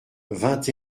vingt